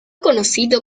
conocido